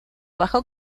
bajo